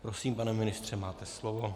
Prosím, pane ministře, máte slovo.